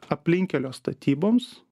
aplinkkelio statyboms